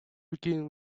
begin